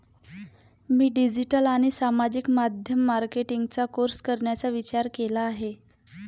मी digital आणि सामाजिक माध्यम मार्केटिंगचा कोर्स करण्याचा विचार केला आहे